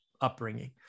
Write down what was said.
upbringing